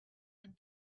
and